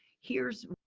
here's